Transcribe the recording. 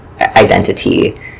identity